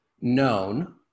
known